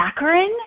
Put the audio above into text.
saccharin